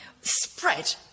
spread